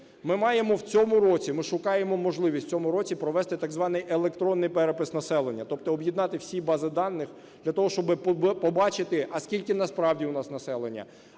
Ми маємо в цьому році, ми шукаємо можливість в цьому році провести так званий електронний перепис населення, тобто об'єднати всі бази даних для того, щоби побачити, а скільки насправді в нас населення,